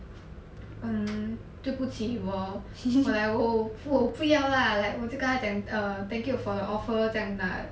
mm 对不起我我不要 lah like 我就跟他讲 err thank you for your offer 这样 lah